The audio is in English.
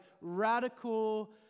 radical